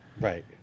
right